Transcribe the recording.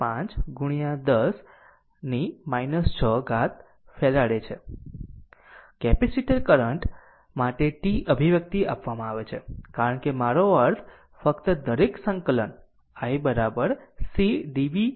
5 10 6 farad છે capacitor current માટે t અભિવ્યક્તિ આપવામાં આવે છે કારણ કે મારો અર્થ ફક્ત દરેક સંકલન i C dvdt C માટે છે